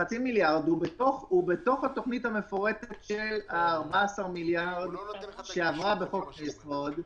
החצי מיליארד הוא בתוך התוכנית המפורטת של 14 מיליארד שעברה בחוק יסוד.